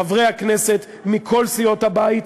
חברי הכנסת מכל סיעות הבית,